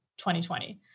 2020